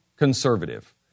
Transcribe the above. conservative